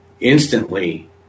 instantly